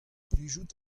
plijout